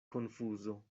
konfuzo